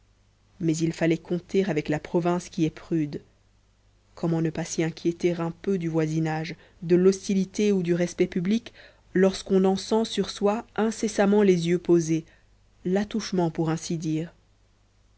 mais il fallait compter avec la province qui est prude comment ne pas s'y inquiéter un peu du voisinage de l'hostilité ou du respect publics lorsqu'on en sent sur soi incessamment les yeux posés l'attouchement pour ainsi dire